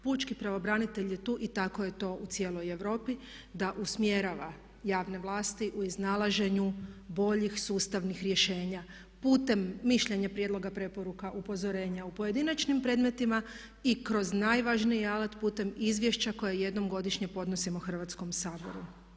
Pučki pravobranitelj je tu i tako je to u cijeloj Europi da usmjerava javne vlasti u iznalaženju boljih sustavnih rješenja putem mišljenja, prijedloga, preporuka, upozorenja u pojedinačnim predmetima i kroz najvažniji alat putem izvješća koje jednom godišnje podnosimo Hrvatskome saboru.